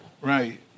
Right